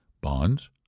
bonds